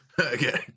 Okay